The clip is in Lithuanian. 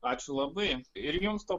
ačiū labai ir jums to